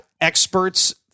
experts